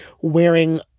wearing